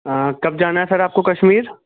ہاں کب جانا ہے سر آپ کو کشمیر